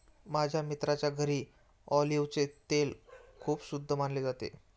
माझ्या मित्राच्या घरी ऑलिव्हचे तेल खूप शुद्ध मानले जाते